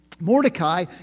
Mordecai